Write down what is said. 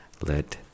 let